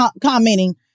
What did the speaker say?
commenting